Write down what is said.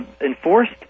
enforced